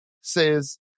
says